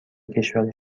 کشور